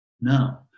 no